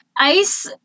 ICE